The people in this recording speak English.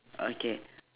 okay